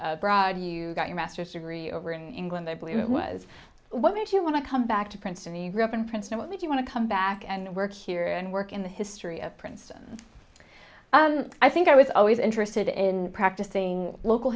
abroad you got your master's degree over in england i believe it was what made you want to come back to princeton the rip in princeton what did you want to come back and work here and work in the history of princeton i think i was always interested in practicing local